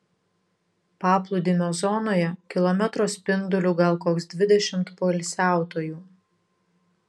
paplūdimio zonoje kilometro spinduliu gal koks dvidešimt poilsiautojų